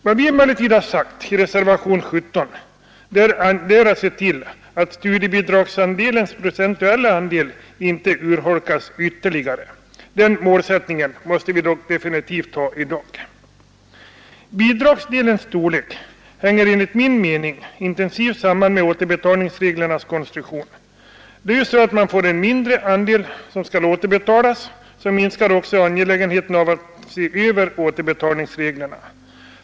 Vad vi emellertid sagt i reservationen 17 är att man bör se till att studiebidragsdelens procentuella andel inte urholkas ytterligare. Den målsättningen måste vi definitivt ha i dag. Bidragsdelens storlek hänger enligt min mening intensivt samman med återbetalningsreglernas konstruktion. Det är ju så att får man en mindre andel som skall återbetalas minskar också angelägenheten av att se över återbetalningsreglerna.